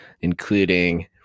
including